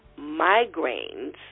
migraines